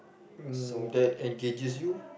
um that engages you